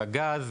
הגז,